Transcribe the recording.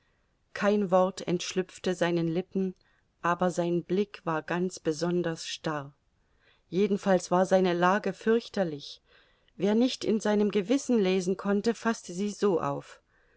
kein wort entschlüpfte seinen lippen aber sein blick war ganz besonders starr jedenfalls war seine lage fürchterlich wer nicht in seinem gewissen lesen konnte faßte sie so auf